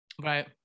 Right